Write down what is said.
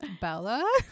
Bella